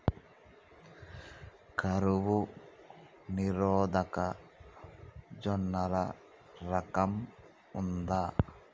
కరువు నిరోధక జొన్నల రకం ఉందా?